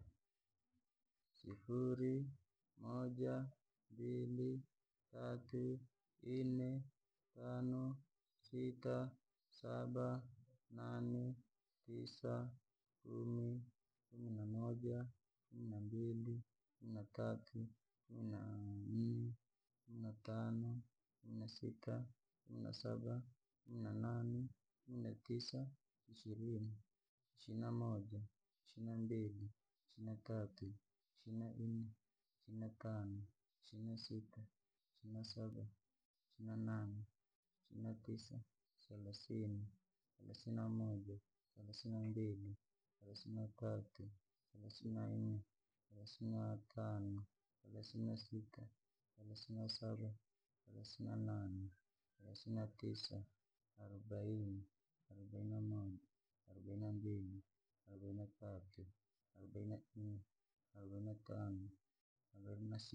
Sifuri, moja, mbili, tatu, ine, tano, sita, saba, nane, tisa, kumi, kumi namoja, kumi nambili, kumi na tatu, kumi naine, kumi natano, kumi nasita, kumi nasaba, kumi nanane, kumi natisa, ishirini, ishirini namoja, ishirini nambii, ishirini natatu, ishirini naine, ishirini natano, ishirini nasita, ishirini nasita, ishirini nasaba, ishirini nane, ishirini na tisa, salasini, salasini namoja, salasini nambili, salasini natatu, salasini naine, salasini natano, salasini nasita, salasini saba, salasini na nane, salasini natisa, arobaini, arobaini namoja, arobaini na mbili, arobaini na tatu, arobaini naine, arobaini natano, arobaini nasita.